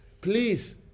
Please